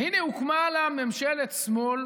והינה הוקמה לה ממשלת שמאל,